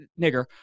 nigger